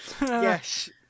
Yes